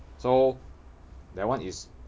so that one is